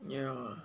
yeah